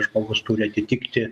žmogus turi atitikti